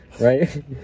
right